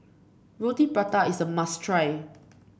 Roti Prata is a must try